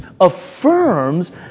affirms